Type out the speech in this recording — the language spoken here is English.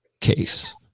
case